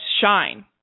shine